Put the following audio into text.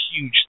huge